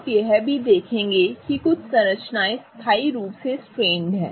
आप यह भी देखेंगे कि कुछ संरचनाएं स्थायी रूप से स्ट्रेनड हैं